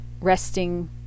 resting